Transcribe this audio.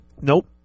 Nope